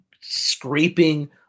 scraping